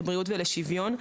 לבריאות ולשוויון,